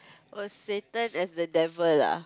oh saturn as the devil ah